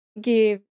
give